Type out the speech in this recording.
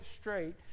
straight